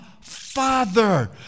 Father